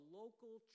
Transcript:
local